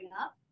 up